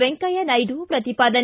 ವೆಂಕಯ್ಯನಾಯ್ಡು ಪ್ರತಿಪಾದನೆ